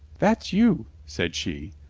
that's you, said she.